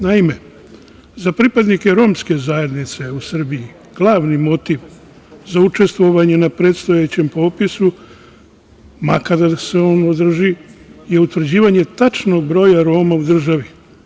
Naime, za pripadnike romske zajednice u Srbiji glavni motiv za učestvovanje na predstojećem popisu, makar da se on održi, je utvrđivanje tačnog broja Roma u državi.